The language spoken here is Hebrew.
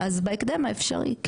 אז בהקדם האפשרי.